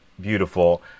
beautiful